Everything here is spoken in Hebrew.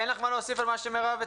אין לך מה להוסיף על מה שמירב הציגה?